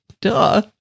Duh